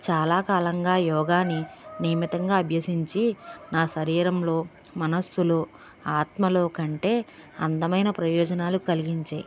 చాలా కాలంగా యోగాని నియమితంగా అభ్యసించి నా శరీరంలో మనస్సులో ఆత్మలో కంటే అందమైన ప్రయోజనాలు కలిగించాయి